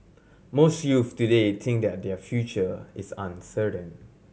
most youths today think that their future is uncertain